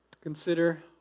Consider